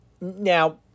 Now